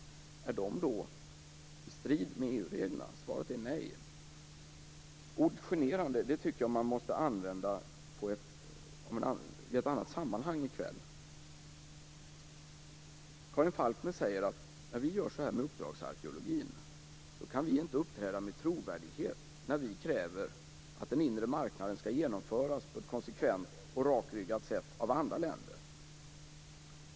Strider då detta mot EU-reglerna? Svaret är nej. Ordet "generande" tycker jag att man måste använda i ett annat sammanhang i kväll. Karin Falkmer säger att när vi gör så här med uppdragsarkeologin kan vi inte uppträda med trovärdighet när vi kräver att den inre marknaden skall genomföras på ett konsekvent och rakryggat sätt av andra länder.